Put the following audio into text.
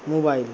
mobile